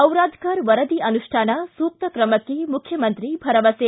ಚಿರಾಧಕರ ವರದಿ ಅನುಷ್ಠಾನ ಸೂಕ್ತ ಕ್ರಮಕ್ಕೆ ಮುಖ್ಚಮಂತ್ರಿ ಭರವಸೆ